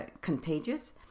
contagious